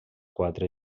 quatre